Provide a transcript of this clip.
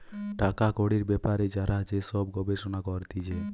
টাকা কড়ির বেপারে যারা যে সব গবেষণা করতিছে